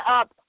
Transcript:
up